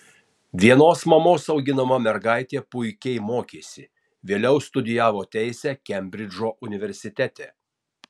vienos mamos auginama mergaitė puikiai mokėsi vėliau studijavo teisę kembridžo universitete